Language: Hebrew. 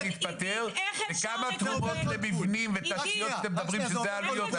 להתפטר וכמה תרומות למבנים ותשתיות אתם אומרים שזה העלויות?